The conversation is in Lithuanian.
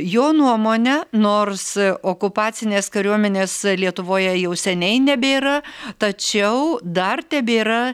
jo nuomone nors okupacinės kariuomenės lietuvoje jau seniai nebėra tačiau dar tebėra